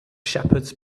shepherds